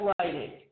writing